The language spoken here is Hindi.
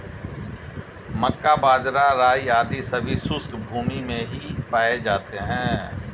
मक्का, बाजरा, राई आदि सभी शुष्क भूमी में ही पाए जाते हैं